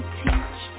teach